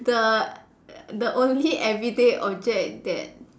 the the only everyday object that